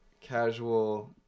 casual